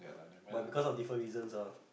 but because of difference reasons ah